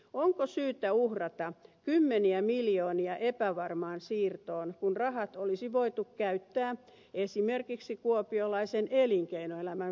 onko syytä uhrata kymmeniä miljoonia epävarmaan siirtoon kun rahat olisi voitu käyttää esimerkiksi kuopiolaisen elinkeinoelämän vahvistamiseen